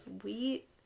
sweet